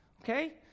Okay